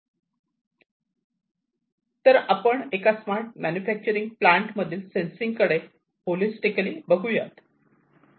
चला तर एका स्मार्ट मॅन्युफॅक्चरिंग प्लांट मधील सेन्सिंग कडे आपण होलिस्टिकली बघुयात